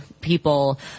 people